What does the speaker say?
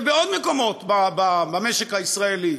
ובעוד מקומות במשק הישראלי.